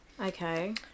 Okay